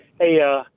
Hey